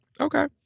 Okay